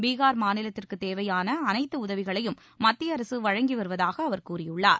பீகார் மாநிலத்திற்கு தேவையான அனைத்து உதவிகளையும் மத்திய அரசு வழங்கிவருவதாக அவா கூறியுள்ளார்